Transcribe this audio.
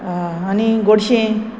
आं आनी गोडशें